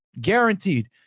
Guaranteed